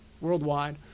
worldwide